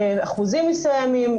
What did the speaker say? אחוזים מסוימים,